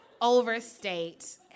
overstate